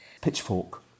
Pitchfork